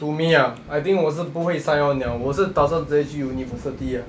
to me ah I think 我是不会 sign on liao 我是打算直接去 university ah